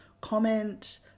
comment